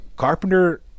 Carpenter